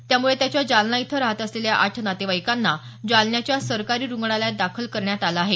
त्यामुळे त्याच्या जालना इथं राहत असलेल्या आठ नातेवाईकांना जालन्याच्या सरकारी रुग्णालयात दाखल करण्यात आलं आहे